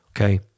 Okay